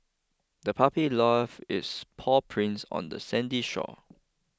the puppy left its paw prints on the sandy shore